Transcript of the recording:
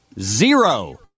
Zero